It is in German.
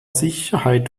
sicherheit